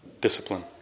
Discipline